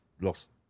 lost